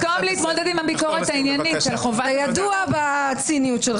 במקום להתמודד עם הביקורת העניינית --- אתה ידוע בציניות שלך.